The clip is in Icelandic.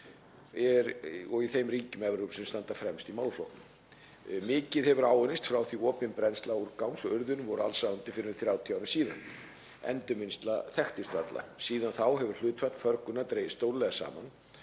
og í þeim ríkjum Evrópu sem standa fremst í málaflokknum. Mikið hefur áunnist frá því að opin brennsla úrgangs og urðun voru allsráðandi fyrir um 30 árum síðan. Endurvinnsla þekktist varla. Síðan þá hefur hlutfall förgunar dregist stórlega saman